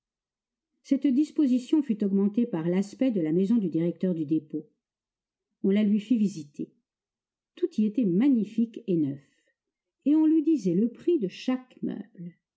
cette disposition fut augmentée par l'aspect de la maison du directeur du dépôt on la lui fit visiter tout y était magnifique et neuf et on lui disait le prix de chaque meuble